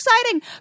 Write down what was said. exciting